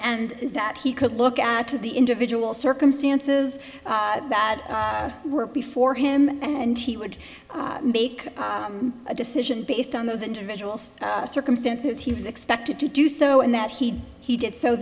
and that he could look at the individual circumstances that were before him and he would make a decision based on those individuals circumstances he was expected to do so and that he he did so